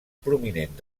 prominent